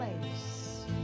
place